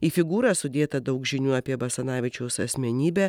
į figūrą sudėta daug žinių apie basanavičiaus asmenybę